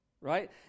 right